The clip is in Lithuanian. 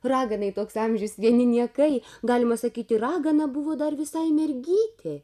raganai toks amžius vieni niekai galima sakyti ragana buvo dar visai mergytė